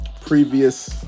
previous